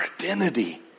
identity